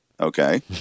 Okay